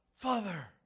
Father